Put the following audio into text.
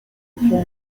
everyone